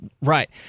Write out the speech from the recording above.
Right